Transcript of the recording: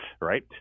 right